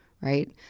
right